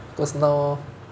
cause now